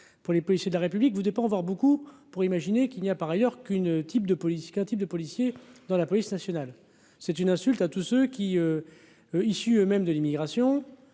pour les policiers de la République, vous pas en avoir beaucoup pour imaginer qu'il y a par ailleurs qu'une type de politique, un type de policiers dans la police nationale, c'est une insulte à tous ceux qui, issus eux-mêmes de l'immigration